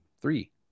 Three